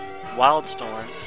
Wildstorm